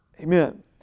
Amen